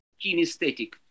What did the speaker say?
Kinesthetic